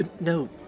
No